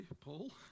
Paul